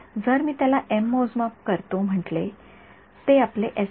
जर मी त्याला एम मोजमाप करतो म्हंटले ते आपले एस आहे